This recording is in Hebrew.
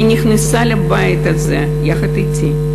היא נכנסה לבית הזה יחד אתי,